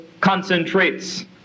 concentrates